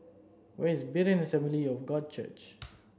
where is Berean Assembly of God Church